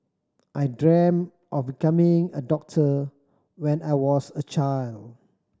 I dreamt of becoming a doctor when I was a child